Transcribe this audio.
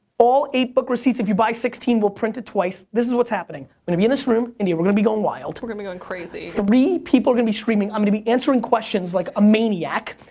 all eight book receipts, if you buy sixteen we'll print it twice, this is what's happening. we're gonna be in this room, india, we're gonna be goin' wild. we're gonna be going crazy. three people are gonna be streaming, i'm gonna be answering questions like a maniac,